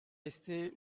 restez